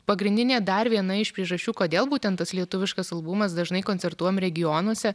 pagrindinė dar viena iš priežasčių kodėl būtent tas lietuviškas albumas dažnai koncertuojam regionuose